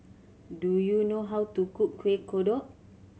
do you know how to cook Kuih Kodok